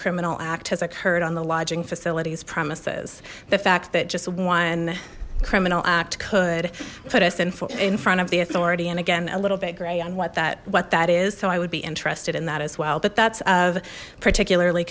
criminal act has occurred on the lodging facilities premises the fact that just one criminal act could put us in front of the authority and again a little bit gray on what that what that is so i would be interested in that as well that's of particularly